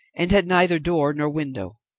and had neither door nor window.